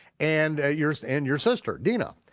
and your so and your sister dinah.